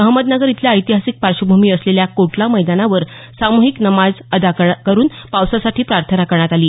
अहमदनगर इथल्या ऐतिहासिक पार्श्वभूमी असलेल्या कोटला मैदानावर सामूहिक नमाज अदा करून पावसासाठी प्रार्थना करण्यात आली